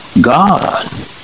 God